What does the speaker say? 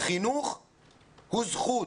חינוך הוא זכות